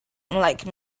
unlike